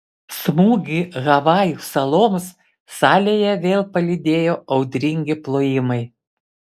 smūgį havajų saloms salėje vėl palydėjo audringi plojimai